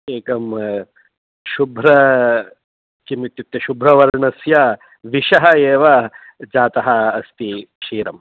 एकं शुभ्र किमित्युक्ते शुभ्रवर्णस्य विषः एव जातः अस्ति क्षीरम्